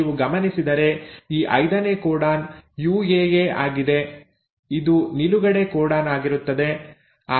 ನೀವು ಗಮನಿಸಿದರೆ ಈ ಐದನೇ ಕೋಡಾನ್ ಯುಎಎ ಆಗಿದೆ ಇದು ನಿಲುಗಡೆ ಕೋಡಾನ್ ಆಗಿರುತ್ತದೆ